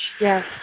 yes